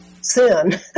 sin